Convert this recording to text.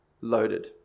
loaded